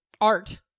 art